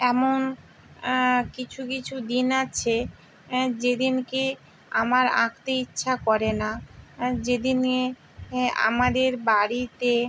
এমন কিছু কিছু দিন আছে যেদিনকে আমার আঁকতে ইচ্ছা করে না যেদিনে এ আমাদের বাড়িতে